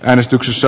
äänestyksessä